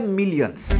millions